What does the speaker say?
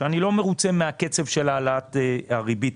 שאני לא מרוצה מהקצב של העלאת הריבית